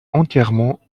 entièrement